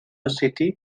city